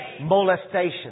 molestation